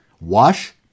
Wash